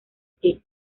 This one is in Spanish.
que